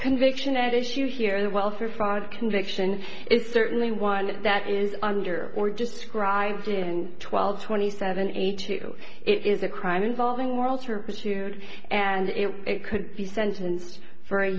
conviction at issue here the welfare fraud conviction is certainly one that is under or described in twelve twenty seven eighty two it is a crime involving moral turpitude and it could be sentenced for a